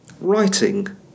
writing